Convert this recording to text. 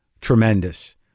Tremendous